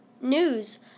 news